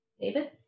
David